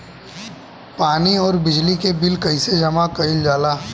पानी और बिजली के बिल कइसे जमा कइल जाला?